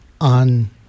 on